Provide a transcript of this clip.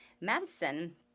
Madison